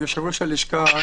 יושב-ראש הלשכה,